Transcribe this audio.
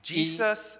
Jesus